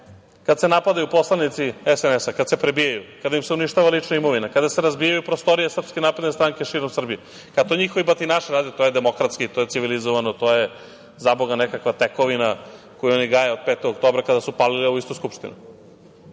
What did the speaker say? kad se napadaju poslanici SNS, kad se prebijaju, kad im se uništava lična imovina, kada se razbijaju prostorije SNS širom Srbije, kada to njihovi batinaši rade, to je demokratski, to je civilizovano, to je, zaboga, nekakva tekovina koju oni gaje od 5. oktobra, kada su palili ovu istu Skupštinu,